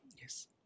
Yes